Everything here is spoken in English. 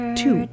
two